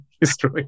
destroy